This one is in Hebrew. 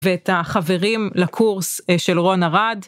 ואת החברים לקורס של רון ארד.